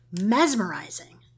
mesmerizing